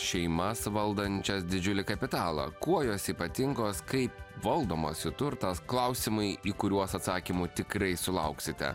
šeimas valdančias didžiulį kapitalą kuo jos ypatingos kaip valdomas jų turtas klausimai į kuriuos atsakymų tikrai sulauksite